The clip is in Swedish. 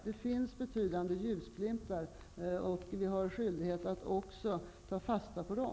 Det finns betydande ljusglimtar, och vi har skyldighet att även ta fasta på dem.